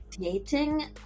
dating